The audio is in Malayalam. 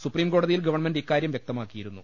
സുപ്രീംകോടതിയിൽ ഗവൺമെന്റ് ഇക്കാര്യം വ്യക്തമാക്കി യിരുന്നു